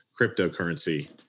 cryptocurrency